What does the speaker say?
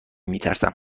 میترسم